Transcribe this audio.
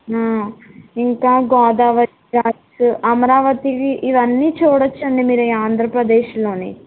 ఇంకా గోదావరి అమరావతి ఇవన్నీ చూడొచ్చండి మీరు ఆంధ్రప్రదేశ్లోని